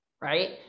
right